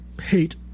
hate